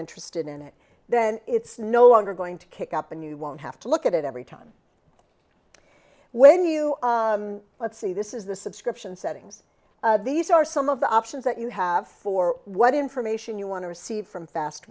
interested in it then it's no longer going to kick up and you won't have to look at it every time when you see this is the subscription settings these are some of the options that you have for what information you want to receive from fast